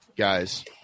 Guys